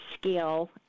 skill